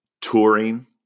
touring